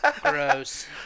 Gross